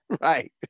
Right